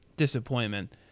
Disappointment